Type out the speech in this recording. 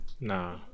Nah